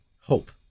hope